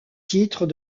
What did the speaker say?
titre